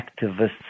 activists